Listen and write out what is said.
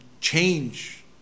change